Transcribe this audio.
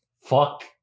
fuck